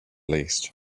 least